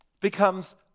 becomes